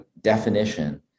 definition